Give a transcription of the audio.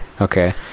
Okay